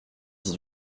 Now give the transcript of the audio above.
dix